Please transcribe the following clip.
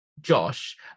Josh